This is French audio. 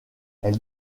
elle